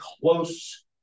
close